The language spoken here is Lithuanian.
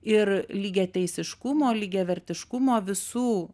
ir lygiateisiškumo lygiavertiškumo visų